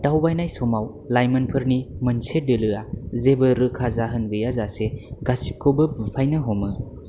दावबायनाय समाव लाइमोनफोरनि मोनसे दोलोआ जेबो रोखा जाहोन गैयाजासे गासिबखौबो बुफायनो हमो